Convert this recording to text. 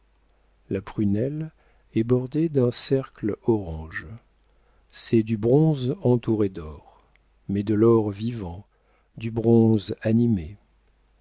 la prunelle est bordée d'un cercle orange c'est du bronze entouré d'or mais de l'or vivant du bronze